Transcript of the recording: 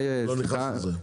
אני לא נכנס לזה.